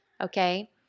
okay